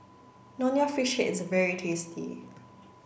Nonya fish head is very tasty